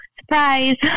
surprise